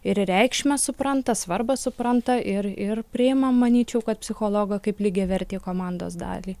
ir reikšmę supranta svarbą supranta ir ir priima manyčiau kad psichologą kaip lygiavertį komandos dalį